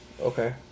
Okay